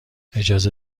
اجازه